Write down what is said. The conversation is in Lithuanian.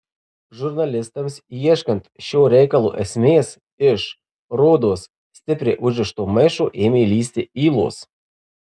žurnalistams ieškant šio reikalo esmės iš rodos stipriai užrišto maišo ėmė lįsti ylos